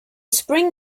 spring